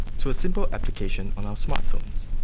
to a simple application on our smart phones.